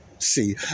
See